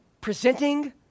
presenting